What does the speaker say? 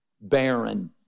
barren